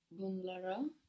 Bunlara